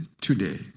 today